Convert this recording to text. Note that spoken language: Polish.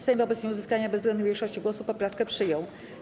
Sejm wobec nieuzyskania bezwzględnej większości głosów poprawkę przyjął.